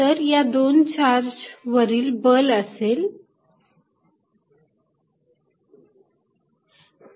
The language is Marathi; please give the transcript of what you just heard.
तर या दोन चार्ज वरील बल असेल की